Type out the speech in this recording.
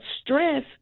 stress